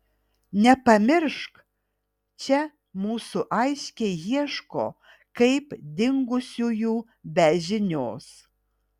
nepamiršk čia mūsų aiškiai ieško kaip dingusiųjų be žinios